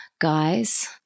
guys